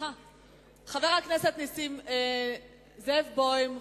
חבר הכנסת זאב בוים,